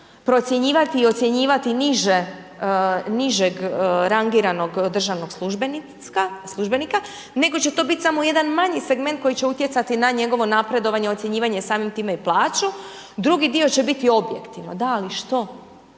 procjenjivati i ocjenjivati nižeg rangiranog državnog službenika nego će to biti samo jedan manji segment koji će utjecati na njegovo napredovanje, ocjenjivanje, samim time i plaću, drugi dio će biti objektivan, da, ali što?